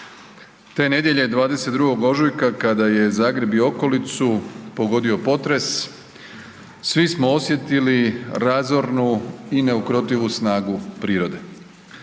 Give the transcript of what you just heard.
Te nedjelje, 22. ožujka, kada je Zagreb i okolicu pogodio potres, svi smo osjetili razornu i neukrotivu snagu prirode.